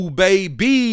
baby